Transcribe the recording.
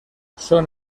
son